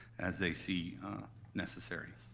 as they see necessary.